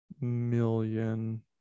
million